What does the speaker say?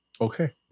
Okay